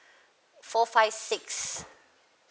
four five six